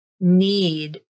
need